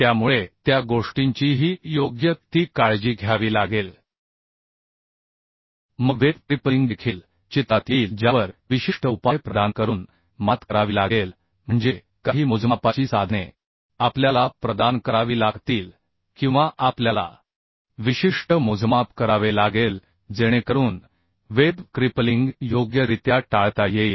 त्यामुळे त्या गोष्टींचीही योग्य ती काळजी घ्यावी लागेल मग वेब क्रिपलिंग देखील चित्रात येईल ज्यावर विशिष्ट उपाय प्रदान करून मात करावी लागेल म्हणजे काही मोजमापाची साधने आपल्याला प्रदान करावी लागतील किंवा आपल्याला विशिष्ट मोजमाप करावे लागेल जेणेकरून वेब क्रिपलिंग योग्यरित्या टाळता येईल